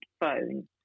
phone